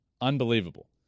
Unbelievable